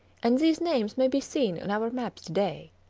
and these names may be seen on our maps to-day.